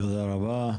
תודה רבה.